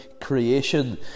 creation